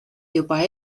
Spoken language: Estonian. juba